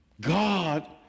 God